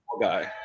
guy